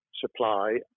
supply